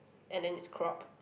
and then it's cropped